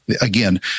again